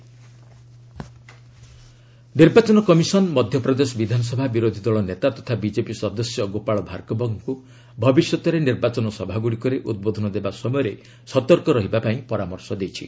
EC Bhargava ନିର୍ବାଚନ commission Madhya Pradesh ବିଧାନସଭା ବିରୋଧୀ ଦଳ ନେତା ତଥା ବିଜେପି ସଦସ୍ୟ ଗୋପାଳ ଭାର୍ଗବଙ୍କୁ ଭବିଷ୍ୟତରେ ନିର୍ବାଚନ ସଭାଗୁଡ଼ିକରେ ଉଦ୍ବୋଧନ ଦେବା ସମୟରେ ସତର୍କ ରହିବା ପାଇଁ ପରାମର୍ଶ ଦେଇଛି